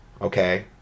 Okay